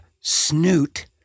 snoot